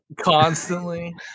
constantly